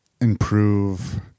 improve